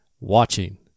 Watching